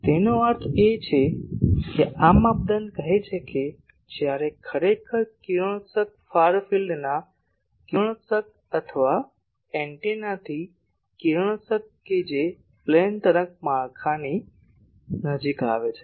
તેથી તેનો અર્થ એ છે કે આ માપદંડ કહે છે કે જ્યારે ખરેખર કિરણોત્સર્ગ ફાર ફિલ્ડના કિરણોત્સર્ગ અથવા એન્ટેનાથી કિરણોત્સર્ગ કે જે પ્લેન તરંગ માળખાની નજીક આવે છે